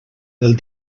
del